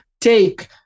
take